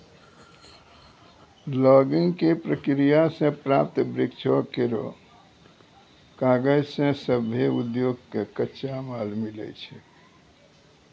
logging क प्रक्रिया सें प्राप्त वृक्षो केरो कागज सें सभ्भे उद्योग कॅ कच्चा माल मिलै छै